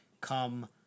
come –